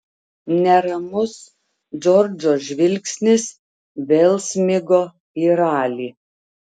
neramus džordžo žvilgsnis vėl smigo į ralį